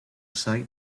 sight